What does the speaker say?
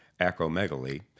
acromegaly